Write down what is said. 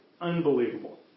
unbelievable